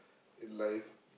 in life